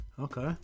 okay